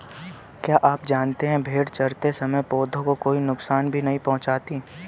क्या आप जानते है भेड़ चरते समय पौधों को कोई नुकसान भी नहीं पहुँचाती